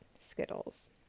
Skittles